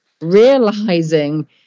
realizing